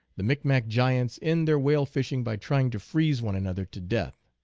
the micmac giants end their whale fishing by trying to freeze one another to death.